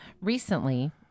Recently